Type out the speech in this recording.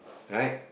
right